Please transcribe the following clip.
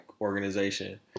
organization